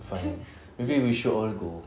fine maybe we should all go